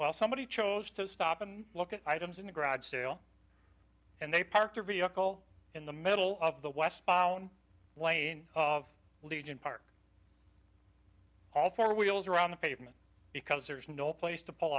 well somebody chose to stop and look at items in the garage sale and they parked their vehicle in the middle of the westbound lane of legion park all four wheels are on the pavement because there's no place to pull